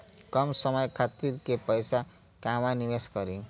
कम समय खातिर के पैसा कहवा निवेश करि?